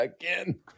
again